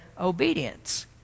obedience